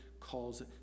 Calls